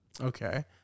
Okay